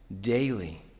daily